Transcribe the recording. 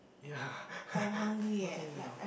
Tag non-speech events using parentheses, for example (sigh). ya (laughs) what time is it now